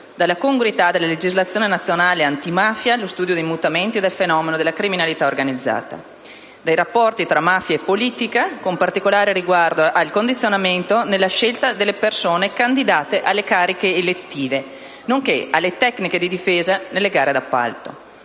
dalla congruità della legislazione nazionale antimafia allo studio dei mutamenti del fenomeno della criminalità organizzata; dai rapporti tra mafia e politica, con particolare riguardo al condizionamento nella scelta delle persone candidate alle cariche elettive, alle tecniche di difesa nelle gare d'appalto.